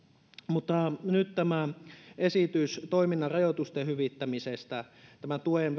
mutta nyt on tämä esitys toiminnan rajoitusten hyvittämisestä tästä tuen